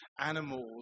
animals